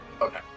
Okay